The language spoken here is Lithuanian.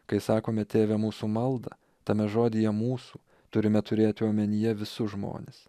kai sakome tėve mūsų maldą tame žodyje mūsų turime turėti omenyje visus žmones